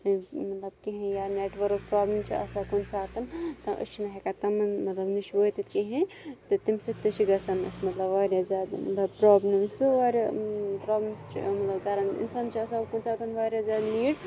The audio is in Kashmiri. مَطلَب کینٛہہ یا نیٚٹورک پرابلَم چھِ آسان کُنہِ ساتہٕ أسۍ چھِ نہٕ ہیٚکان تِمَن مَطلَب نِش وٲتِتھ کِہیٖنۍ تہٕ تمہِ سۭتۍ تہِ چھُ گَژھان اَسہِ مَطلَب واریاہ زیادٕ بَڈٕ پرابلم سُہ واریاہ پرابلم کَران اِنسانَس چھِ آسان کُنہِ ساتہٕ واریاہ زیادٕ نیٖڈ